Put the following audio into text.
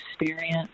experience